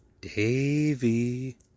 Davy